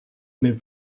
mais